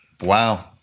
Wow